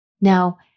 Now